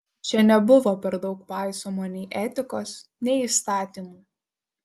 čia nebuvo per daug paisoma nei etikos nei įstatymų